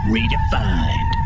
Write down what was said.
Redefined